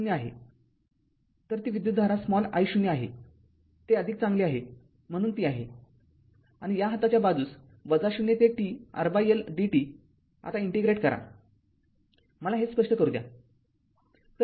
तर ती विद्युतधारा स्मॉल I0आहे ते अधिक चांगले आहे म्हणून ती आहे आणि या हाताच्या बाजूस ० ते t R L dt आता इंटिग्रेट करा मला हे स्पष्ट करू द्या